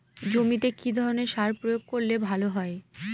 জমিতে কি ধরনের সার প্রয়োগ করলে ভালো হয়?